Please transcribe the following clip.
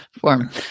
form